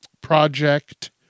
project